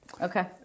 Okay